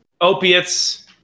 Opiates